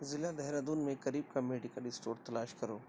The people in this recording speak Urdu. ضلع دہرادون میں قریب کا میڈیکل اسٹور تلاش کرو